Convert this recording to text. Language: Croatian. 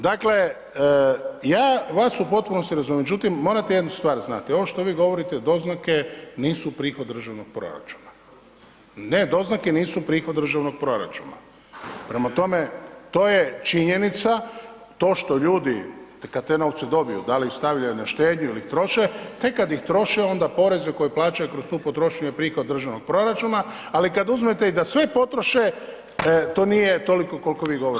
Dakle, ja vas u potpunosti razumijem, međutim morate jednu stvar znati, ovo što vi govorite, doznake nisu prihod državnog proračuna, ne doznake nisu prihod državnog proračuna, prema tome to je činjenica, to što ljudi kad te novce dobiju da li ih stavljaju na štednju ili ih troše, tek kad ih troše onda poreze koje plaćaju kroz tu potrošnju je prihod državnog proračuna, ali kad uzmete i da sve potroše, to nije toliko koliko vi govorite.